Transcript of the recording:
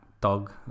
dog